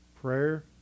Prayer